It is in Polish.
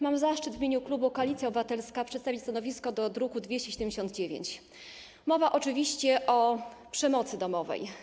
Mam zaszczyt w imieniu klubu Koalicja Obywatelska przedstawić stanowisko dotyczące druku nr 279, mowa oczywiście o przemocy domowej.